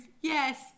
Yes